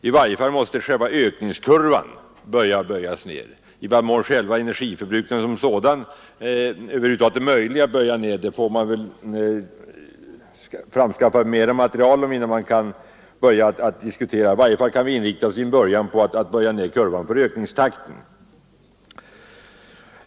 I varje fall måste ökningskurvan böjas ned. I vad mån det över huvud taget är möjligt att minska energiförbrukningen som sådan kan man inte diskutera förrän mera material finns framtaget. Vi måste åtminstone till en början inrikta oss på att böja ned kurvan för ökningstakten.